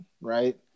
right